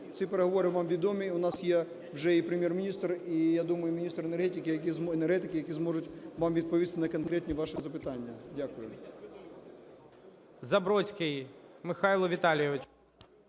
Ці переговори вам відомі, у нас є вже і Прем'єр-міністр, і, я думаю, міністр енергетики, які зможуть вам відповісти на конкретні ваші запитання. Дякую.